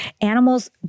animals